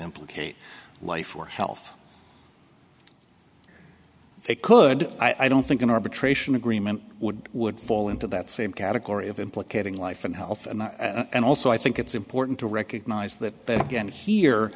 implicate life or health they could i don't think an arbitration agreement would would fall into that same category of implicating life and health and and also i think it's important to recognize that again here